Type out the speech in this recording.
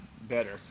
better